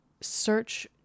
search